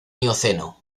mioceno